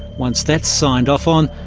once that's signed off on,